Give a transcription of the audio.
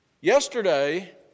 yesterday